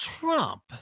Trump